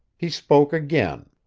he spoke again.